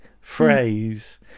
phrase